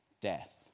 death